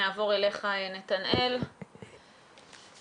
נתנאל ממשרד האוצר.